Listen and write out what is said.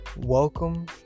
Welcome